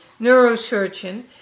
neurosurgeon